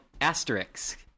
Asterisk